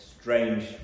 strange